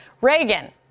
Reagan